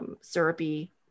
syrupy